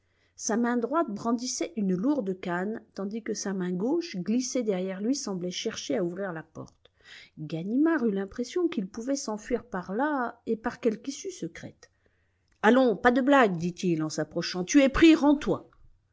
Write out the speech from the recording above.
sa main droite brandissait une lourde canne tandis que sa main gauche glissée derrière lui semblait chercher à ouvrir la porte ganimard eut l'impression qu'il pouvait s'enfuir par là et par quelque issue secrète allons pas de blague dit-il en s'approchant tu es pris rends-toi